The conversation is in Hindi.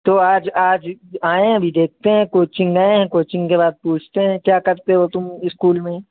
तो आज आज आएं अभी देखते हैं कोचिंग गए हैं कोचिंग के बाद पूछते हैं क्या करते हो तुम स्कूल में